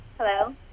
Hello